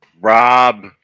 rob